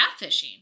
catfishing